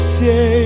say